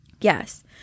Yes